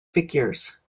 figures